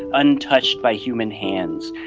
untouched by human hands,